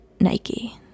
nike